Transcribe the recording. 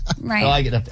Right